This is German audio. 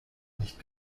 nicht